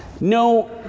No